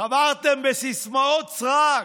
חברתם בסיסמאות סרק,